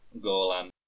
Golan